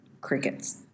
crickets